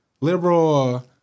Liberal